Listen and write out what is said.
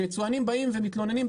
שיצואנים באים ומתלוננים,